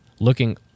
looking